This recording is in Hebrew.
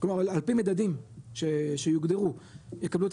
כלומר על פי מדדים שיוגדרו יקבלו את